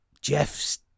Jeff's